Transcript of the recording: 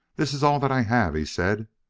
this is all that i have, he said!